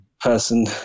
person